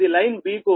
ఇది line b కు